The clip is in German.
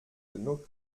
genug